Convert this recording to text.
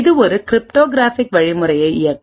இது ஒரு கிரிப்டோகிராஃபிக் வழிமுறையை இயக்கும்